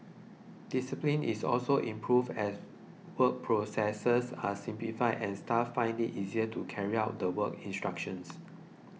discipline is also improved as work processes are simplified and staff find it easier to carry out the work instructions